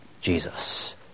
Jesus